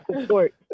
support